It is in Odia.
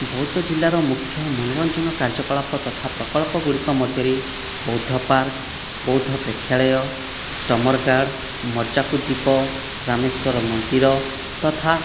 ବୌଦ୍ଧ ଜିଲ୍ଲାର ମୁଖ୍ୟ ମନୋରଞ୍ଜନ କାର୍ଯ୍ୟକଳାପ ତଥା ପ୍ରକଳ୍ପଗୁଡ଼ିକ ମଧ୍ୟରେ ବୌଦ୍ଧ ପାର୍କ ବୌଦ୍ଧ ପ୍ରେକ୍ଷାଳୟ ରାମେଶ୍ୱର ମନ୍ଦିର ତଥା